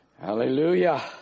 Hallelujah